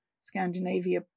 Scandinavia